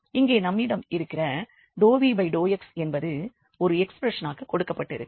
இங்கே நம்மிடம் இருக்கிற ∂v∂x என்பது ஒரு எக்ஸ்ப்ரெஷனாக கொடுக்கப்பட்டிருக்கிறது